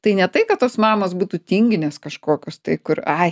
tai ne tai kad tos mamos būtų tinginės kažkokios tai kur ai